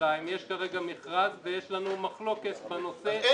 בירושלים יש כרגע מכרז, ויש לנו מחלוקת בנושא.